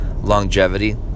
longevity